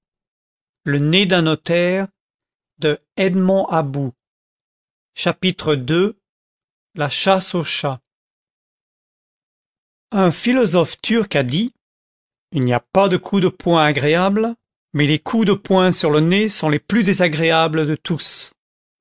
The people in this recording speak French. content from google book search generated at ii la chasse au chat un philosophe turc a dit il n'y a pas de coups de poing agréables mais les coups de poing sur le nez sont les plus i désagréables de tous